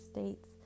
States